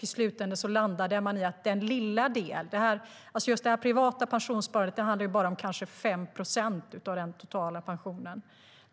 I slutänden landade man i den lilla del som i dag har varit föremål för det här. Det privata pensionssparandet handlar ju bara om kanske 5 procent av den totala pensionen.